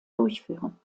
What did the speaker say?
durchführen